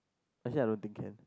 actually I don't think can